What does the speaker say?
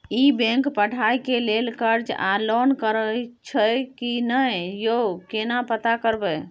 ई bank पढ़ाई के लेल कर्ज आ लोन करैछई की नय, यो केना पता करबै?